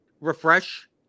refresh